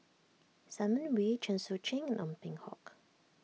Simon Wee Chen Sucheng and Ong Peng Hock